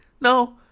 No